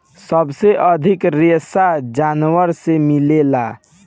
सबसे अधिक रेशा जानवर से मिलेला